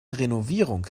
renovierung